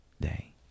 day